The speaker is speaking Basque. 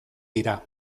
dira